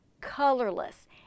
colorless